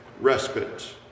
respite